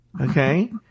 Okay